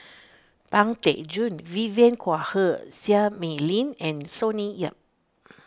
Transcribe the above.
Pang Teck Joon Vivien Quahe Seah Mei Lin and Sonny Yap